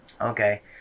Okay